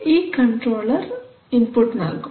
ഈ controller input നൽകും